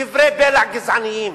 דברי בלע גזעניים.